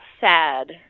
sad